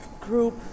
group